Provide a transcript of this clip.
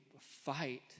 fight